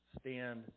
stand